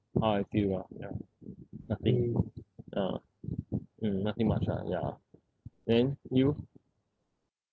how I feel lah ya nothing ya mm nothing much ah ya then you